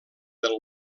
del